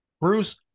Bruce